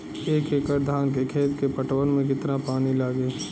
एक एकड़ धान के खेत के पटवन मे कितना पानी लागि?